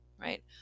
Right